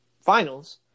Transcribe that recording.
finals